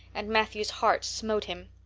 and matthew's heart smote him.